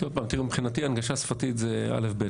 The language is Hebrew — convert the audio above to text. מבחינתי הנגשה שפתית זה א-ב,